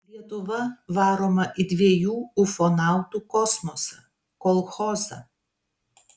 lietuva varoma į dviejų ufonautų kosmosą kolchozą